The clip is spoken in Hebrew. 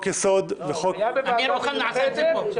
אמיר אוחנה עשה את זה פה.